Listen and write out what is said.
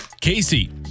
Casey